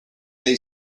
they